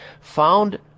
found